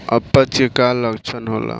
अपच के का लक्षण होला?